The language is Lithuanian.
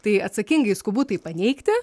tai atsakingai skubu tai paneigti